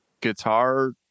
guitar